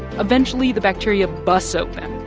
eventually the bacteria busts open,